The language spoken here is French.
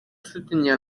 soutenir